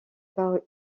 par